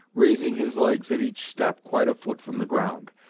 raising his legs at each step quite a foot from the ground,